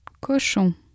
Cochon